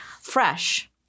fresh